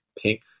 pink